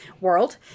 world